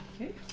Okay